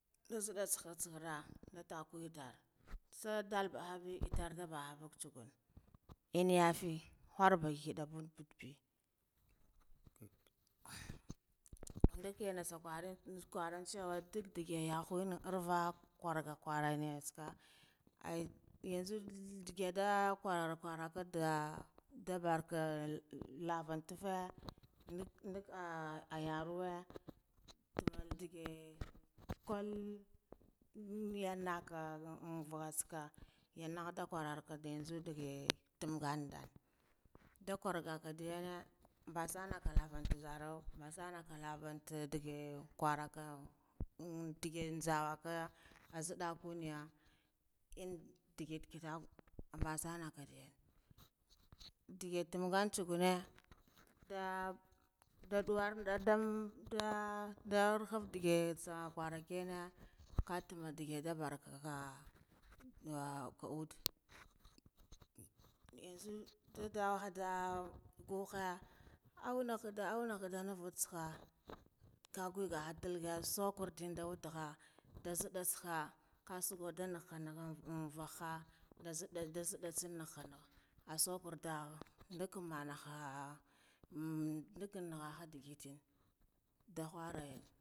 Tsaha isakara nda tahu dall isaduba habe kitar bahabu itsa kur innayafi khura ba heda be, ndikiyana isa kwaran chewa dagdage yaho nahuva kwara kwaran neya isaka ai yanzi ndag yanda kwaraga kwara da barka lavan toffe, ndakh ndakhha ah ayaruwe dahal dugge kwal nneyam naka invaha tsaka nyinda kwara ndudee tungandal, nda kwarga iyanu nbasananga lavambe lavantazaro nbasonong lavan kwarakha ndigin nzaba ah nzidda kuneya, in ndigite kitakw ambasan, ndigi tungam dugune ndah nduchwor ndor doh ruffin dege dah kworakine katama dige da barha ah kahudde, yanzo da dalha dah ngukha auna khada aunu khuda nabutsaka ka guga khadalga ngasakha ndah nzidda tsaka kasufu dah nakha nakha navaha nzidda ndu nzidda annaha naha tsaharda da kamanaha ndakamina aha digitin